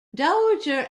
dowager